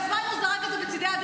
אז מה אם הוא זרק את זה בצדי הדרך?